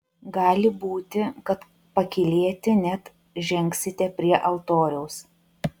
gali būti kad pakylėti net žengsite prie altoriaus